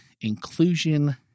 inclusion